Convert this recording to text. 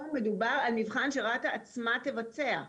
פה מדובר על מבחן שרת"א עצמה תבצע.